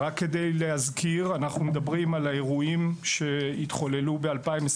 אני מזכיר שאנחנו מדברים על האירועים שהתחוללו ב-2021,